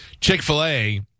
Chick-fil-A